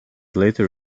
later